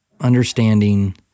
understanding